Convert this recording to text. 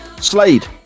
Slade